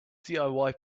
diy